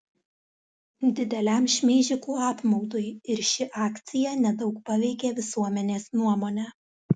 dideliam šmeižikų apmaudui ir ši akcija nedaug paveikė visuomenės nuomonę